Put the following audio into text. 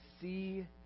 see